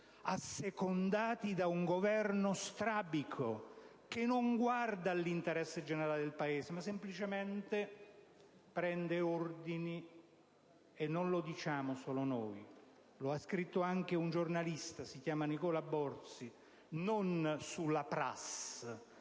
assecondati da un Governo strabico, che non guarda all'interesse generale del Paese ma prende semplicemente ordini: e non lo diciamo solo noi, lo ha scritto anche il giornalista Nicola Borzi, non sulla